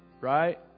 right